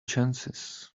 chances